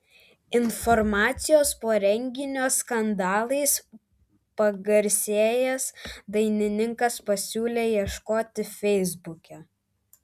informacijos po renginio skandalais pagarsėjęs dainininkas pasiūlė ieškoti feisbuke